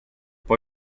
poi